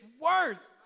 worse